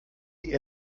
die